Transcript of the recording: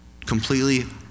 completely